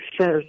says